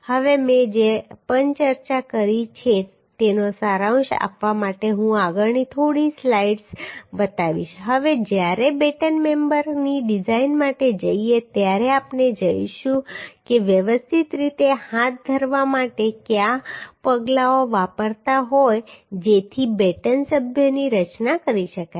હવે મેં જે પણ ચર્ચા કરી છે તેનો સારાંશ આપવા માટે હું આગળની થોડી સ્લાઈડ્સ બતાવીશ હવે જ્યારે બેટન મેમ્બરની ડિઝાઈન માટે જઈએ ત્યારે આપણે જોઈશું કે વ્યવસ્થિત રીતે હાથ ધરવા માટે કયા પગલાઓ વપરાતા હોય છે જેથી બેટન સભ્યોની રચના કરી શકાય